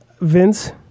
Vince